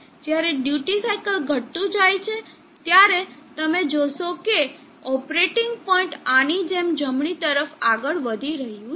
જ્યારે duty cycle ઘટતું જાય છે ત્યારે તમે જોશો કે ઓપરેટિંગ પોઇન્ટ આની જેમ જમણી તરફ આગળ વધી રહ્યું છે